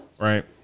Right